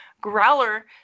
growler